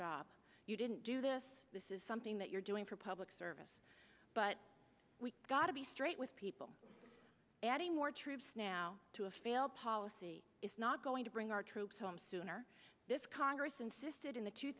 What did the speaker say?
job you didn't do this this is something that you're doing for public service but we've got to be straight with people adding more troops now to a failed policy is not going to bring our troops home soon or this congress insisted in the two